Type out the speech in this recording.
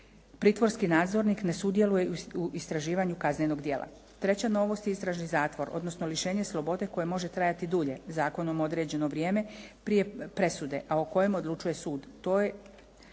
Pritvorski nadzornik ne sudjeluje u istraživanju kaznenog djela. Treća novost je istražni zatvor odnosno lišenje slobode koje može trajati dulje zakonom određeno vrijeme prije presude a o kojem odlučuje sud.